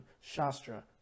shastra